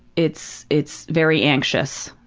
it's it's very anxious.